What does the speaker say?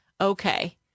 okay